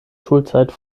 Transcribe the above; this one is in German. schulzeit